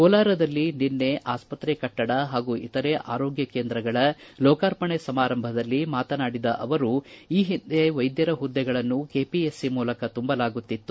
ಕೋಲಾರದಲ್ಲಿ ನಿನ್ನೆ ಆಸ್ಪತ್ರೆ ಕಟ್ಟಡ ಹಾಗೂ ಇತರೆ ಆರೋಗ್ಯ ಕೇಂದ್ರಗಳ ಲೋಕಾರ್ಪಣೆ ಸಮಾರಂಭದಲ್ಲಿ ಮಾತನಾಡಿದ ಅವರು ಈ ಹಿಂದೆ ವೈದ್ಯರ ಹುದ್ದೆಗಳನ್ನು ಕೆಪಿಎಸ್ಸಿ ಮೂಲಕ ತುಂಬಲಾಗುತ್ತಿತ್ತು